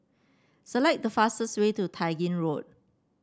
select the fastest way to Tai Gin Road